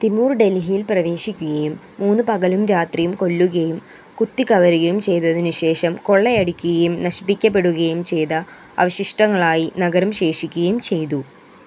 Timur ഡൽഹിയിൽ പ്രവേശിക്കുകയും മൂന്ന് പകലും രാത്രിയും കൊല്ലുകയും കുത്തിക്കവരുകയും ചെയ്തതിനുശേഷം കൊള്ളയടിക്കുകയും നശിപ്പിക്കപ്പെടുകയും ചെയ്ത അവശിഷ്ടങ്ങളായി നഗരം ശേഷിക്കുകയും ചെയ്തു